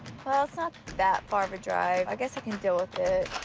it's not that far of a drive. i guess i can deal with it.